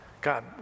God